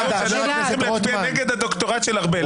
שאנחנו צריכים להצביע נגד הדוקטורט של ארבל.